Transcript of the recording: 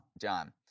John